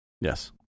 Yes